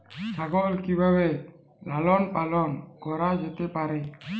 ছাগল কি ভাবে লালন পালন করা যেতে পারে?